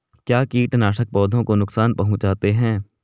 क्या कीटनाशक पौधों को नुकसान पहुँचाते हैं?